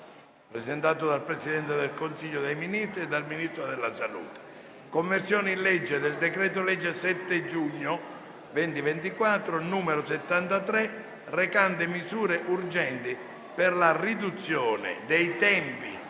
05/06/2024); Presidente del Consiglio dei ministri Ministro della salute Conversione in legge del decreto-legge 7 giugno 2024, n. 73, recante misure urgenti per la riduzione dei tempi